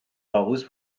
طاووس